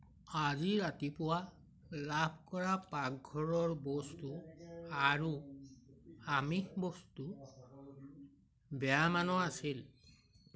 আজি ৰাতিপুৱা লাভ কৰা পাকঘৰৰ বস্তু আৰু আমিষ বস্তু বেয়া মানৰ আছিল